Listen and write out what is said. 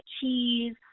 cheese